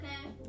Okay